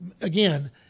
again